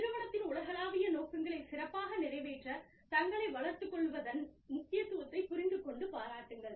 நிறுவனத்தின் உலகளாவிய நோக்கங்களைச் சிறப்பாக நிறைவேற்ற தங்களை வளர்த்துக் கொள்வதன் முக்கியத்துவத்தை புரிந்துகொண்டு பாராட்டுங்கள்